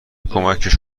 کمکش